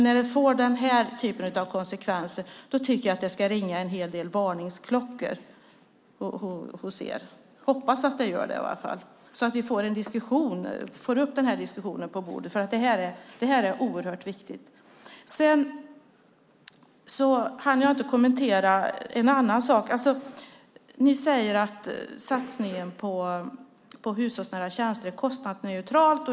När det får den här typen av konsekvenser tycker jag att det ska ringa en hel del varningsklockor hos er. Jag hoppas i varje fall att det gör det, så att vi får upp den här diskussionen på bordet. Det är oerhört viktigt. Det var en annan sak jag inte hann kommentera. Ni säger att satsningen på hushållsnära tjänster är kostnadsneutral.